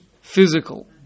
physical